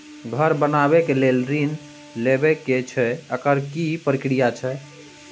घर बनबै के लेल ऋण लेबा के छै एकर की प्रक्रिया छै?